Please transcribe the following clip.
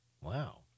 Wow